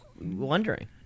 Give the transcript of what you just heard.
wondering